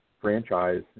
franchise